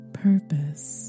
purpose